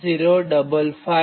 055